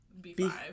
B5